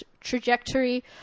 trajectory